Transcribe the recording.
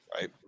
right